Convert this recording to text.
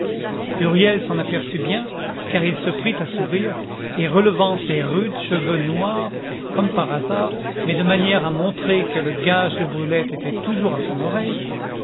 huriel s'en aperçut bien car il se prit à sourire et relevant ses rudes cheveux noirs comme par hasard mais de manière à montrer que le gage de brulette était toujours à son oreille